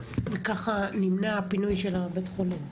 וכך נמנע הפינוי של בית החולים?